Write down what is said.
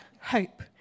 hope